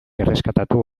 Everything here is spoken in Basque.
erreskatatu